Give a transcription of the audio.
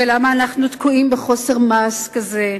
ולמה אנחנו תקועים בחוסר מעש כזה?